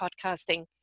podcasting